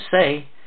say